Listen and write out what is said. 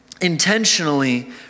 intentionally